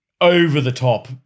over-the-top